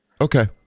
Okay